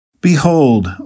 Behold